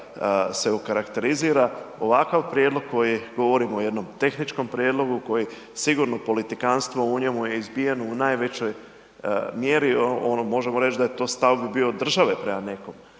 se okarakterizira ovakav prijedlog koji govorimo o jednom tehničkom prijedlogu koji sigurno politikanstvo u njemu je izbijeno u najvećoj mjeri, ono možemo reći da je to u stavu bio države prema nekome